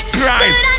Christ